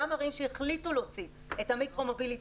גם ערים שהחליטו להוציא את המיקרו-מוביליטי,